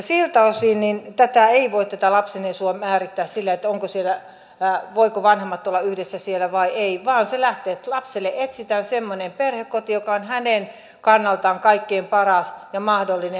siltä osin tätä lapsen etua ei voi määrittää sillä voivatko vanhemmat olla yhdessä siellä vai ei vaan se lähtee siitä että lapselle etsitään semmoinen perhekoti joka on hänen kannaltaan kaikkein paras ja mahdollinen